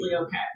okay